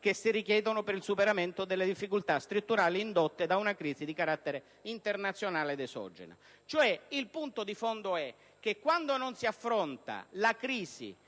che si richiedono per il superamento delle difficoltà strutturali indotte da una crisi di carattere internazionale ed esogena. Il punto di fondo è che, quando non si affronta la crisi